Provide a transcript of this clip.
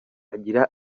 agira